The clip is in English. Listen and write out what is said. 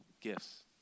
gifts